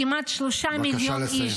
כמעט 3 מיליון איש --- בבקשה לסיים.